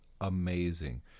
amazing